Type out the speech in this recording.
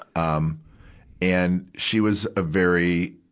um and she was a very,